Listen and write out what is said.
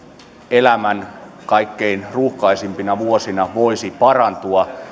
elämän kaikkein ruuhkaisimpina vuosina voisi parantua